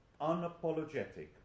unapologetic